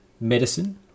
medicine